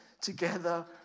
together